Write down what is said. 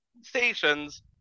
stations